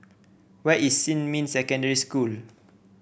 where is Xinmin Secondary School